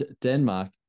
denmark